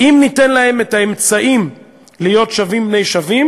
אם ניתן להם את האמצעים להיות שווים בני שווים